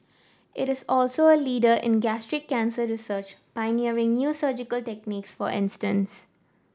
it is also a leader in gastric cancer research pioneering new surgical techniques for instance